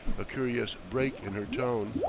a curious break in her tone.